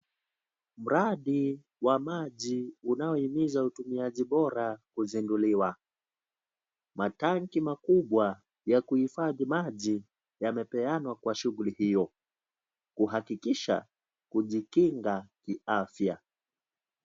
Mradi wa maji unaohimiza utumiaji bora kuzinduliwa. Matanki makubwa ya kuhifadhi maji yamepeanwa kwa shughuli hiyo. Kuhakikisha, kujikinga kiafya.